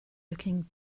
looking